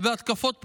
והתקפות פרועות.